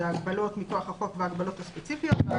זה הגבלות מכוח החוק וההגבלות הספציפיות,